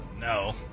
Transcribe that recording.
No